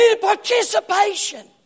Participation